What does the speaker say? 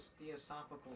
Theosophical